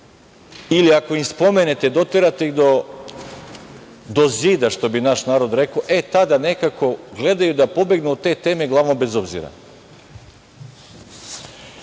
Ili ako im spomenete, doterate ih do zida, što bi naš narod rekao, e tada nekako gledaju da pobegnu od te teme glavom bez obzira. Kad